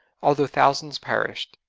although thousands perished.